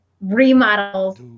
remodels